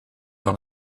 dans